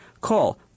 Call